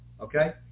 okay